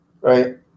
right